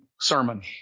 sermon